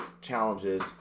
challenges